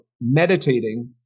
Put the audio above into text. meditating